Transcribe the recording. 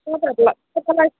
तपाईँलाई